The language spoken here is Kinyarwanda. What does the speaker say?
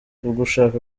ugushaka